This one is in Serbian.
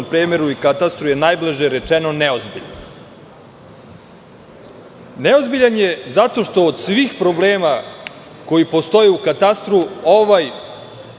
premeru i katastru, najblaže rečeno, neozbiljan. Neozbiljan je zato što od svih problema koji postoje u katastru, ovaj